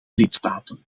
lidstaten